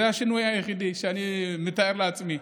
זה השינוי היחידי שאני מתאר לעצמי,